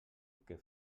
que